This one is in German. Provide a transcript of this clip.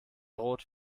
rot